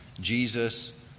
Jesus